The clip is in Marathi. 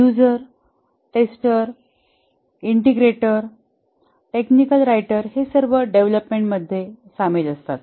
user tester integrator technical writer हे सर्व डेव्हलपमेंट मध्ये सामील असतात